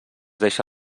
deixa